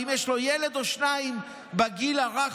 ואם יש לו ילד או שניים בגיל הרך,